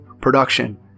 production